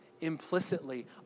implicitly